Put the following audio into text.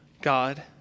God